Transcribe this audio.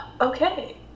okay